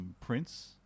Prince